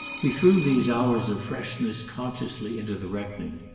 he threw these hours of freshness consciously into the reckoning.